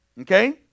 Okay